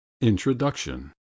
Introduction